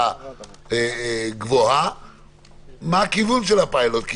מה הכיוון של הפיילוט?